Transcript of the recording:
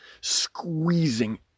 squeezing